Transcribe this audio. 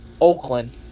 Oakland